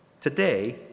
today